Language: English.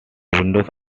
windows